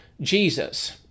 Jesus